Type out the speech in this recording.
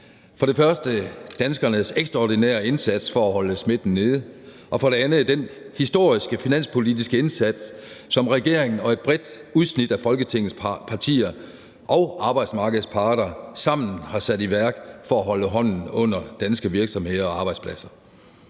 for det første danskernes ekstraordinære indsats for at holde smitten nede og for det andet den historiske finanspolitiske indsats, som regeringen og et bredt udsnit af Folketingets partier og arbejdsmarkedets parter sammen har sat i værk for at holde hånden under danske virksomheder og arbejdspladser.